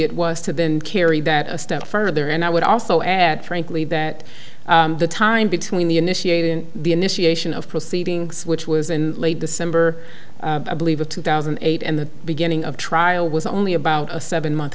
it was to been carry that a step further and i would also add frankly that the time between the initiating the initiation of proceedings which was in late december i believe a two thousand and eight and the beginning of trial was only about a seven month